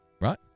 right